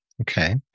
okay